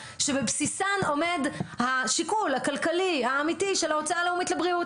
שבבסיסן עומד השיקול הכלכלי האמיתי של ההוצאה הלאומית לבריאות.